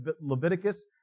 leviticus